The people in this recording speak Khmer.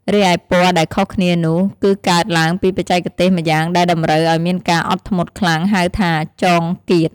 រីឯពណ៌ដែលខុសគ្នានោះ គឺកើតឡើងពីបច្ចេកទេសម៉្យាងដែលតម្រូវឱ្យមានការអត់ធ្មត់ខ្លាំង ហៅថា “ចងគាត”។